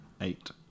Eight